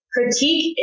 Critique